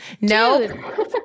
No